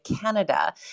Canada